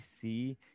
see